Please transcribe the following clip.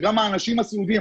שגם האנשים הסיעודיים,